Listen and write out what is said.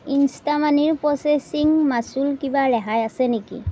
ইনষ্টামানিৰ processing মাচুল কিবা ৰেহাই আছে নেকি